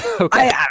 Okay